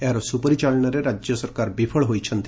ଏହାର ସୁପରିଚାଳନାରେ ରାଜ୍ୟ ସରକାର ବିଫଳ ହୋଇଛନ୍ତି